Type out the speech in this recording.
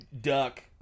duck